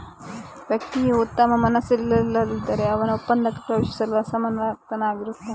ವ್ಯಕ್ತಿಯು ಉತ್ತಮ ಮನಸ್ಸಿನವರಲ್ಲದಿದ್ದರೆ, ಅವನು ಒಪ್ಪಂದಕ್ಕೆ ಪ್ರವೇಶಿಸಲು ಅಸಮರ್ಥನಾಗಿರುತ್ತಾನೆ